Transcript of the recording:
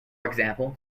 example